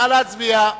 נא להצביע.